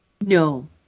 No